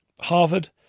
Harvard